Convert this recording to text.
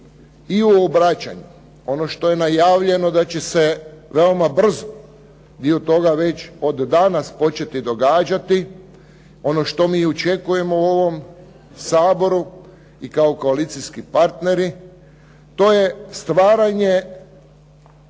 i u obraćanju ono što je najavljeno da će se veoma brzo dio toga već od danas početi događati, ono što mi očekujemo u ovom Saboru i kao koalicijski partneri to je stvaranje